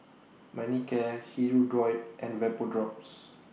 Manicare Hirudoid and Vapodrops